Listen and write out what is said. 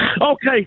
Okay